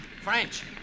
French